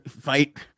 fight